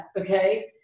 okay